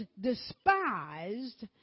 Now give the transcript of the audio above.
despised